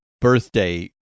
birthday